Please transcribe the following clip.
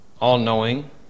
all-knowing